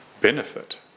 benefit